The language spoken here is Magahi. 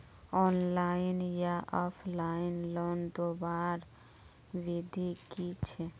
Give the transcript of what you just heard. ऑनलाइन या ऑफलाइन लोन लुबार विधि की छे?